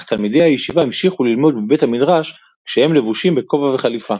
אך תלמידי הישיבה המשיכו ללמוד בבית המדרש כשהם לבושים בכובע וחליפה.